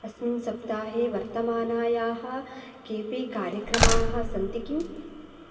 अस्मिन् सप्ताहे प्रवर्तमानायाः केपि कार्यक्रमाः सन्ति किम्